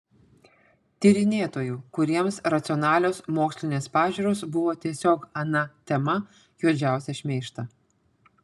tyrinėtojų kuriems racionalios mokslinės pažiūros buvo tiesiog ana tema juodžiausią šmeižtą